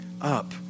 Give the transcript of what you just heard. up